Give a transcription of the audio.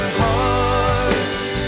hearts